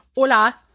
Hola